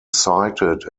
cited